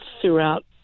throughout